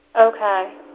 Okay